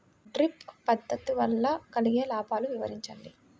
Drip పద్దతి వల్ల కలిగే లాభాలు వివరించండి?